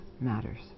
matters